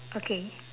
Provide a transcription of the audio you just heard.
okay